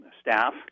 staff